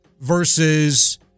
versus